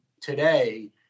today